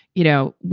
you know,